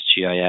GIS